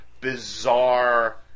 bizarre